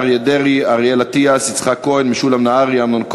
כך שנתחיל לראות ירידת מחירים בענף המזון,